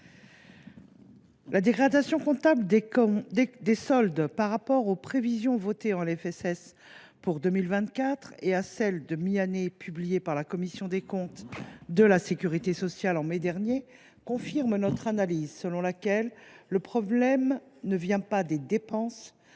La dégradation comptable des soldes par rapport aux prévisions votées en LFSS pour 2024 et à celles qui avaient été publiées par la commission des comptes de la sécurité sociale au mois de mai dernier confirme notre analyse : le problème provient non pas des dépenses